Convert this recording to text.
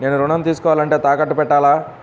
నేను ఋణం తీసుకోవాలంటే తాకట్టు పెట్టాలా?